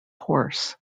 course